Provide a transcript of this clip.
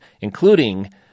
including